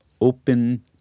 open